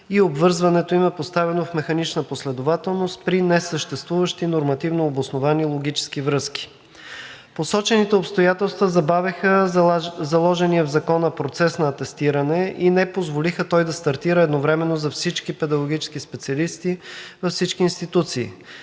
обвързването им е поставено в механична последователност, при несъществуващи нормативно обосновани логически връзки. Посочените обстоятелства забавиха заложения в Закона процес на атестиране и не позволиха той да стартира едновременно за всички педагогически специалисти във всички институции.